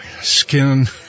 skin